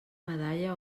medalla